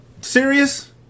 serious